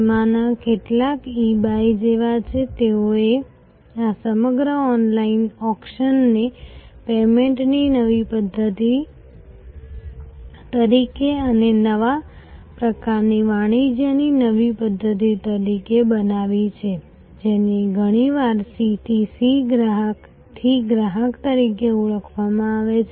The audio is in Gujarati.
તેમાંના કેટલાક eBay જેવા છે તેઓએ આ સમગ્ર ઓનલાઈન ઓક્શનને પેમેન્ટની નવી પદ્ધતિ તરીકે અને નવા પ્રકારની વાણિજ્યની નવી પદ્ધતિ તરીકે બનાવી છે જેને ઘણીવાર C થી C ગ્રાહકથી ગ્રાહક તરીકે ઓળખવામાં આવે છે